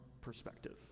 perspective